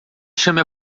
chame